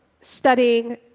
studying